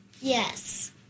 Yes